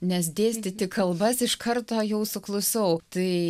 nes dėstyti kalbas iš karto jau suklusau tai